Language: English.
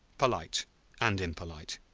polite and impolite.